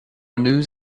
news